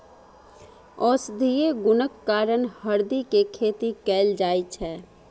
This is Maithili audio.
औषधीय गुणक कारण हरदि के खेती कैल जाइ छै